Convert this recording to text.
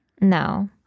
No